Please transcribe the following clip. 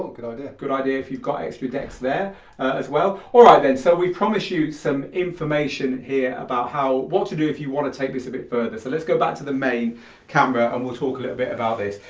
good idea good idea if you've got extra decks there as well. all right then so we promised you some information here about what to do if you want to take this a bit further so let's go back to the main camera and we'll talk a little bit about this.